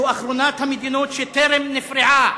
זאת אחרונת המדינות שטרם נפרעה